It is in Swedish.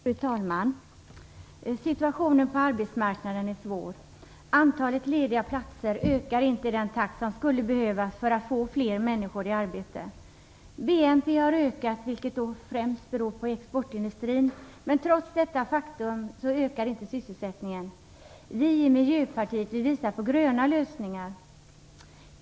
Fru talman! Situationen på arbetsmarknaden är svår. Antalet lediga platser ökar inte i den takt som skulle behövas för att få fler människor i arbete. BNP har ökat, vilket främst beror på exportindustrin. Men trots detta faktum ökar inte sysselsättningen. Vi i Miljöpartiet vill visa på gröna lösningar.